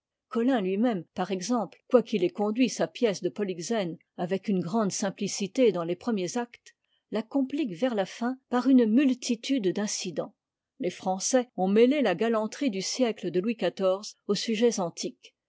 collin tui meme par exemple quoiqu'il ait conduit sa pièce de jpo ceme avec une grande simplicité dans les premiers actes la complique vers la fin par une multitude d'incidents les français ont mêté la galanterie du siècle de louis xiv aux sujets antiques